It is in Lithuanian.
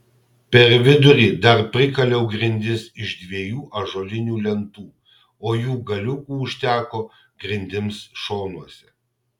per vidurį dar prikaliau grindis iš dviejų ąžuolinių lentų o jų galiukų užteko grindims šonuose